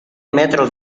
metros